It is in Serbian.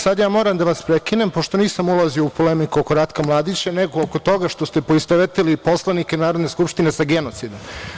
Sad ja moram da vas prekinem pošto nisam ulazio u polemiku oko Ratka Mladića, nego oko toga što ste poistovetili poslanike Narodne skupštine sa genocidom.